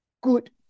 good